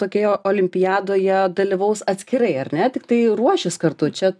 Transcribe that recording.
tokijo olimpiadoje dalyvaus atskirai ar ne tiktai ruošis kartu čia